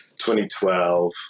2012